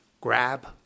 grab